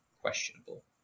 questionable